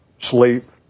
sleep